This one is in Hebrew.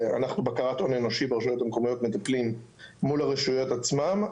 אנחנו בקרת הון אנושי ברשויות המקומיות מטפלים מול הרשויות עצמן,